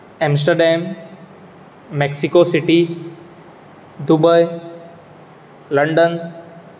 Amsterdam Mexico city Dubai London